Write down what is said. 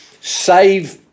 save